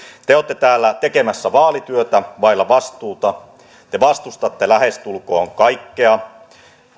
te olette täällä tekemässä vaalityötä vailla vastuuta te vastustatte lähestulkoon kaikkea